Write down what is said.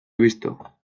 visto